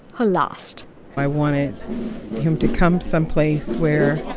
her last i wanted him to come someplace where